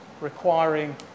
requiring